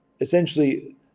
essentially